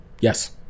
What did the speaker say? Yes